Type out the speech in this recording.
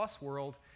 world